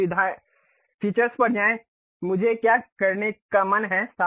अब सुविधाएं पर जाएं मुझे क्या करने का मन है